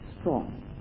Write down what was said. strong